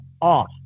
off